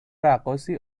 رقاصی